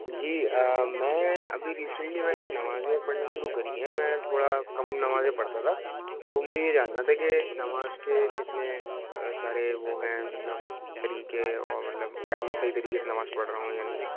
جی میں ابھی ریسینٹلی میں نے نمازیں پڑھنا شروع کری ہیں میں تھوڑا کم نمازیں پڑھتا تھا تو مجھے یہ جاننا تھا کہ نماز کے کتنے سارے وہ ہیں مطلب طریقے اور مطلب کیا میں صحیح طریقے سے نماز پڑھ رہا ہوں یا نہیں